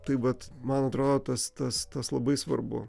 tai vat man atrodo tas tas tas labai svarbu